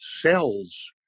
cells